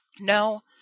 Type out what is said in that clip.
No